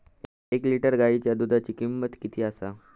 एक लिटर गायीच्या दुधाची किमंत किती आसा?